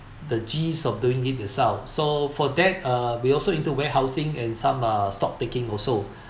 the gist of doing it yourself so for that uh we also into warehousing and some uh stock taking also